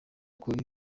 kuri